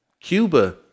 Cuba